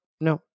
No